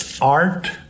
art